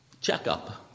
checkup